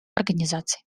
организаций